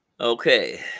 okay